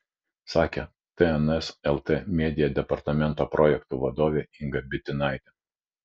sakė tns lt media departamento projektų vadovė inga bitinaitė